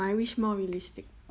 my wish more realistic